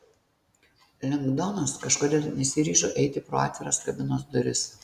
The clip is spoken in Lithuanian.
lengdonas kažkodėl nesiryžo eiti pro atviras kabinos duris